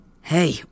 Hey